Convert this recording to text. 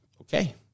Okay